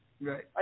Right